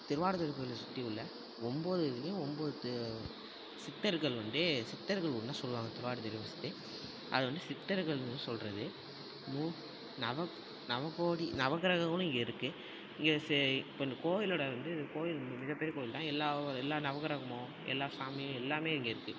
திருவாவடுதுறை கோயிலை சுற்றி உள்ள ஒன்போது இதுலையும் ஒம்போது சித்தர்கள் வந்து சித்தர்கள் உண்டுன்னு சொல்லுவாங்க திருவாடுதுறையை சுற்றி அதை வந்து சித்தர்கள் சொல்வது நவ நவக்கோடி நவக்கிரகங்களும் இங்கே இருக்குது இங்கே செ இப்போ இந்த கோயிலோடு வந்து கோயில் மிகப் பெரிய கோயில்தான் எல்லா எல்லா நவக்கிரகமும் எல்லா சாமியும் எல்லாமே இங்கே இருக்குது